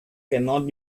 cannot